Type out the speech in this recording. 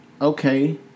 okay